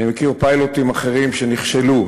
אני מכיר פיילוטים אחרים, שנכשלו.